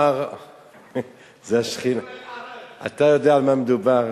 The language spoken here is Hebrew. אתה יודע על מה מדובר.